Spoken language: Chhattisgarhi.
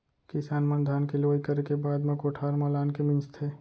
किसान मन धान के लुवई करे के बाद म कोठार म लानके मिंजथे